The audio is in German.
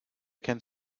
kennt